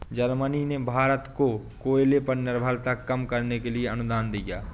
Germany ने भारत को कोयले पर निर्भरता कम करने के लिए अनुदान दिया